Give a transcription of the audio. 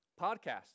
Podcast